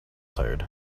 tired